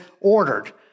ordered